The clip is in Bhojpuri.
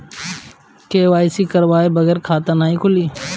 के.वाइ.सी करवाये बगैर खाता नाही खुली?